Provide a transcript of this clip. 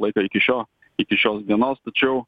laiką iki šio iki šios dienos tačiau